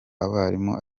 abarimu